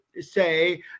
say